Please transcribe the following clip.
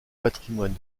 patrimoine